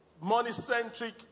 money-centric